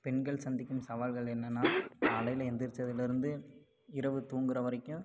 பெண்கள் சந்திக்கும் சவால்கள் என்னன்னா காலையில் எந்திரிச்சதுலருந்து இரவு தூங்குகிற வரைக்கும்